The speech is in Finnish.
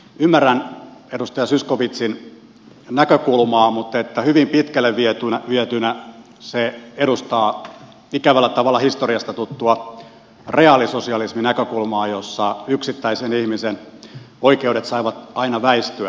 ymmärrän edustaja zyskowiczin näkökulmaa mutta hyvin pitkälle vietynä se edustaa ikävällä tavalla historiasta tuttua reaalisosialismin näkökulmaa jossa yksittäisen ihmisen oikeudet saivat aina väistyä